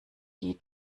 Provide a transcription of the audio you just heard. die